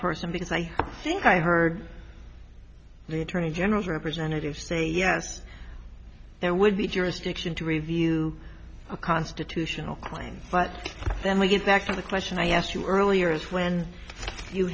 person because i think i heard the attorney general's representative say yes there would be jurisdiction to review a constitutional crime but then we get back to the question i asked you earlier is when you